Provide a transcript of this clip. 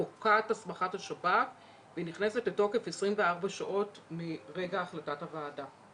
פוקעת הסמכת השב"כ והיא נכנסת לתוקף 24 שעות מרגע החלטת הוועדה.